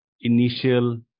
initial